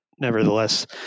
nevertheless